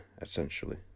essentially